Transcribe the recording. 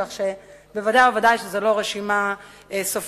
כך שוודאי וודאי זו לא רשימה סופית.